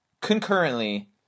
concurrently